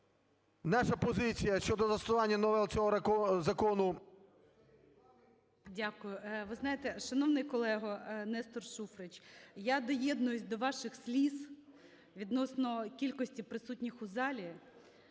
наша позиція щодо застосування новел цього закону… ГОЛОВУЮЧИЙ. Дякую. Ви знаєте, шановний колего, Нестор Шуфрич, я доєднуюсь до ваших сліз відносно кількості присутніх у залі,